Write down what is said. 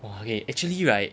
!wah! okay actually right